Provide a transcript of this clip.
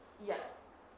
ya